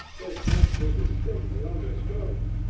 this must be distinctly understood,